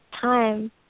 time